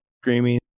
screaming